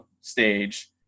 stage